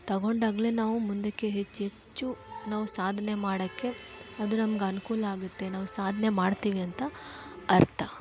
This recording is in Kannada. ತೊಗೊಂಡಾಗ್ಲೇ ನಾವು ಮುಂದಕ್ಕೆ ಹೆಚ್ಚು ಹೆಚ್ಚು ನಾವು ಸಾಧನೆ ಮಾಡಕ್ಕೆ ಅದು ನಮ್ಗೆ ಅನುಕೂಲ ಆಗತ್ತೆ ನಾವ್ ಸಾಧನೆ ಮಾಡ್ತೀವಿ ಅಂತ ಅರ್ಥ